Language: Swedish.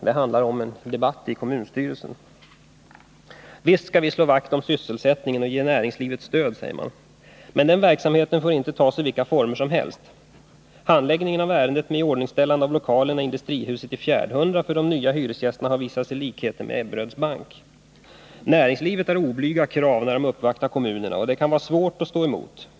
Det handlar om en debatt i kommunstyrelsen. Sedan fortsätter tidningen: ”Visst ska vi slå vakt om sysselsättningen och ge näringslivet stöd. Men den verksamheten får inte ta sig vilka former som helst. Handläggningen av ärendet med iordningställandet av lokalerna i Industrihuset i Fjärdhundra för de nya hyresgästerna har likheter med Ebberöds bank ———. Näringslivet har oblyga krav när de uppvaktar kommunerna och det kan vara svårt att stå emot.